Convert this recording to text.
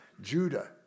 Judah